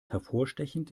hervorstechend